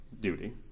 duty